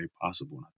possible